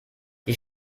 die